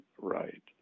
right